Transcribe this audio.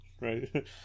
right